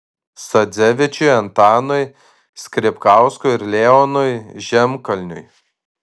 sadzevičiui antanui skripkauskui ir leonui žemkalniui